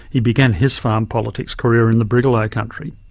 he began his farm politics career in the brigalow country.